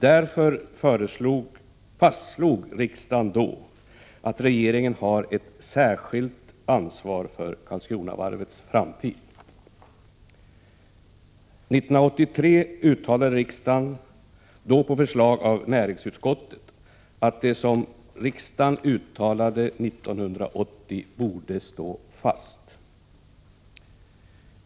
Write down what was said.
Därför fastslog riksdagen att regeringen har ett särskilt ansvar för Karlskronavarvets framtid. 1983 uttalade riksdagen, då på förslag av näringsutskottet, att det som riksdagen uttalade 1980 borde stå fast.